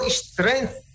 strength